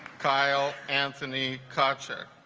kyle anthony cocksure